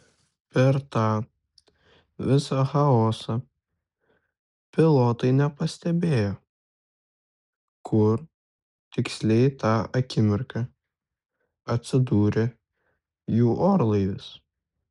per tą visą chaosą pilotai nepastebėjo kur tiksliai tą akimirką atsidūrė jų orlaivis